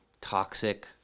Toxic